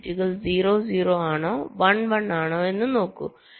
ഈ ബിറ്റുകൾ 0 0 ആണോ 1 1 ആണോ എന്ന് നോക്കൂ